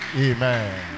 Amen